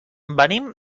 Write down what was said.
venim